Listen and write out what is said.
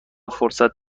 فرصت